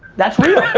that's real.